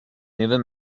never